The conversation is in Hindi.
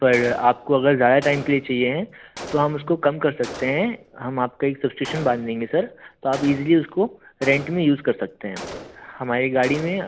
पर आपको अगर ज़्यादा टाइम के लिए चाहिए हैं तो हम उसको कम कर सकते हैं हम आपका एक सस्टीशन बांध देंगे सर तो आप ईज़िली उसको रेंट में यूज़ कर सकते हैं हमारी गाड़ी में